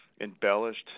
embellished